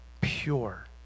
pure